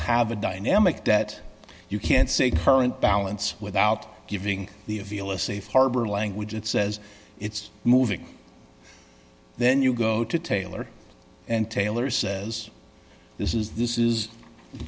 have a dynamic that you can say current balance without giving the avila safe harbor language it says it's moving then you go to taylor and taylor says this is this is